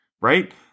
right